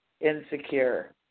insecure